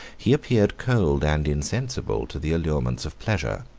he appeared cold and insensible to the allurements of pleasure.